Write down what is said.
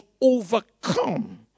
overcome